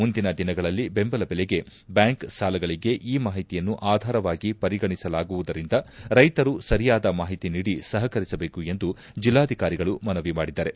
ಮುಂದಿನ ದಿನಗಳಲ್ಲಿ ಬೆಂಬಲ ಬೆಲೆಗೆ ಬ್ಡಾಂಕ್ ಸಾಲಗಳಿಗೆ ಈ ಮಾಹಿತಿಯನ್ನು ಆಧಾರವಾಗಿ ಪರಿಗಣಿಸಲಾಗುವುದರಿಂದ ರೈತರು ಸರಿಯಾದ ಮಾಹಿತಿ ನೀಡಿ ಸಹಕರಿಸಬೇಕು ಎಂದು ಜಿಲ್ಲಾಧಿಕಾರಿಗಳು ಮನವಿ ಮಾಡಿದ್ದಾರೆ